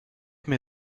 mir